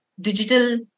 digital